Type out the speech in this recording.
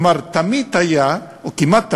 כלומר, תמיד היה, או כמעט תמיד,